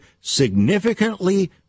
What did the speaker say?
significantly